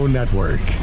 Network